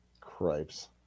Cripes